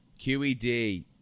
QED